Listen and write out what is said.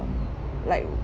like